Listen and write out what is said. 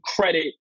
credit